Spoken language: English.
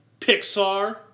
Pixar